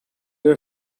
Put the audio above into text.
are